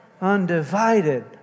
undivided